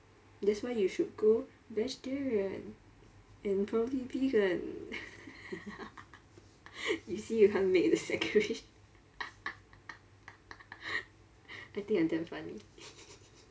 that's why you should go vegetarian and probably vegan you see how can't make the second I think you're damn funny